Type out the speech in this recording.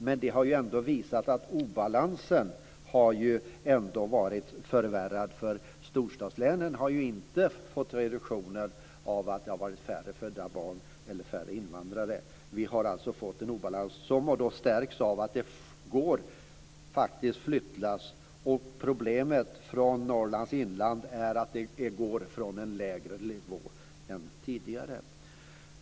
Men obalansen har ändå förvärrats, för storstadslänen har ju inte fått reduktioner av att det har fötts färre barn och att antalet invandrare har minskat. Vi har alltså fått en obalans som har stärkts av att det faktiskt går flyttlass från Norrlands inland. Problemet är att befolkningen minskar från en lägre nivå än tidigare.